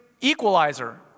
equalizer